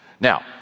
Now